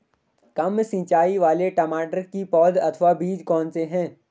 कम सिंचाई वाले टमाटर की पौध अथवा बीज कौन से हैं?